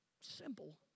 simple